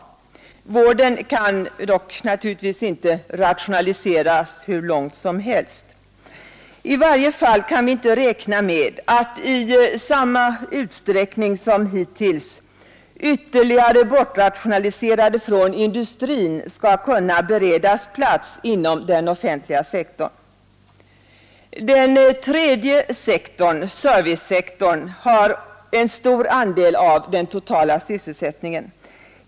Vården kan dock naturligtvis inte rationaliseras hur långt som helst. I varje fall kan vi inte räkna med att i samma utsträckning som hittills ytterligare bortrationaliserade från industrin skall kunna beredas plats inom den offentliga sektorn. Den tredje sektorn, servicesektorn, har en stor andel av den totala sysselsättningen.